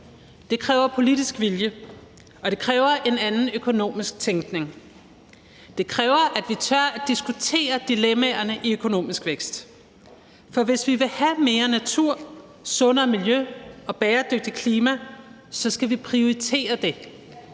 Det kræver politisk vilje, og det kræver en anden økonomisk tænkning. Det kræver, at vi tør diskutere dilemmaerne i økonomisk vækst, for hvis vi vil have mere natur, et sundere miljø og et bæredygtigt klima, så skal vi prioritere det.